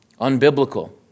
unbiblical